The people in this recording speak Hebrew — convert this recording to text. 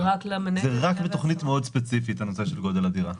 זה רק בתוכנית מאוד ספציפית, הנושא של גודל הדירה.